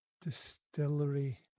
distillery